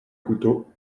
couteau